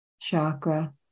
chakra